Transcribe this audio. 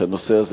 שהנושא הזה,